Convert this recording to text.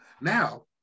Now